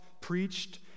preached